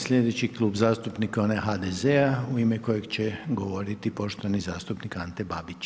Slijedeći Klub zastupnika je onaj HDZ-a u ime kojeg će govoriti poštovani zastupnik Ante Babić.